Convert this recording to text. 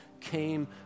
came